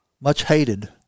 much-hated